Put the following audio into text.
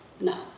No